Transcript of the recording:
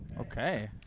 Okay